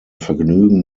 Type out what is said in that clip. vergnügen